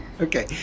okay